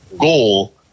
goal